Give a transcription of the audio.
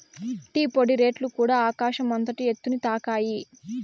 tea పొడి రేట్లుకూడ ఆకాశం అంతటి ఎత్తుని తాకాయి